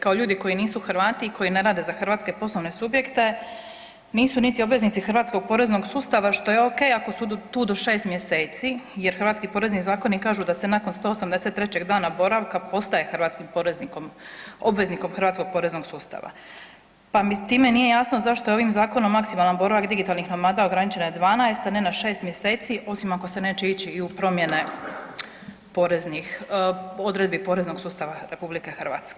Kao ljudi koji nisu Hrvati i koji ne rade za hrvatske poslovne subjekte nisu niti obveznici hrvatskog poreznog sustava, što je okej ako su tu do 6. mjeseci jer hrvatski porezni zakoni kažu da se nakon 183. dana boravka postaje hrvatskim poreznikom, obveznikom hrvatskog poreznog sustava, pa mi time nije jasno zašto je ovim zakonom maksimalan boravak digitalnih nomada ograničen na 12, a ne na 6. mjeseci osim ako se neće ići i u promjene poreznih, odredbi poreznog sustava RH.